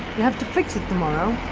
you have to fix it tomorrow!